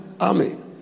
amen